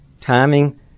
Timing